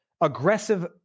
aggressive